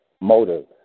motives